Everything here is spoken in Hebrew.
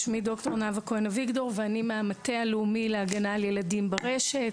אני ד"ר נאוה כהן אביגדור ואני מהמטה הלאומי להגנה על ילדים ברשת,